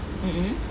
mmhmm